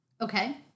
Okay